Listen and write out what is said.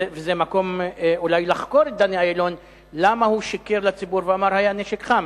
זה מקום אולי לחקור את דני אילון למה הוא שיקר לציבור ואמר: היה נשק חם.